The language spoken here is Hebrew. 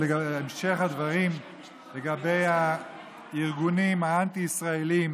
המשך הדברים לגבי הארגונים האנטי-ישראליים